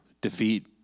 defeat